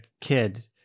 kid